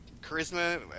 Charisma